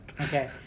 Okay